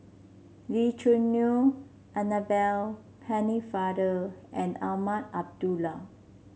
Lee Choo Neo Annabel Pennefather and Azman Abdullah